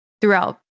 throughout